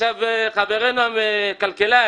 עכשיו חברנו הכלכלן